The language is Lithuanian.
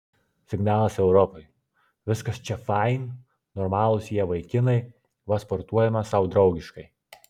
signalas europai viskas čia fain normalūs jie vaikinai va sportuojame sau draugiškai